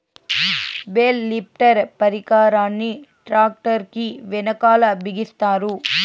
bale lifter పరికరాన్ని tractor కీ వెనకాల బిగిస్తారు